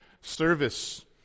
service